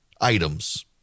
items